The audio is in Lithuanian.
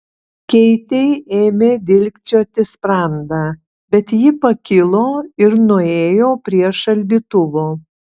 keitei ėmė dilgčioti sprandą bet ji pakilo ir nuėjo prie šaldytuvo